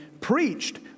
preached